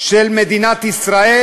של מדינת ישראל: